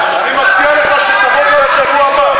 אני מציע לך שתבוא גם בשבוע הבא,